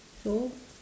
so